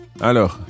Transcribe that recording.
Alors